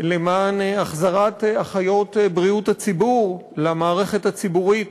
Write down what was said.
למען החזרת אחיות בריאות הציבור למערכת הציבורית,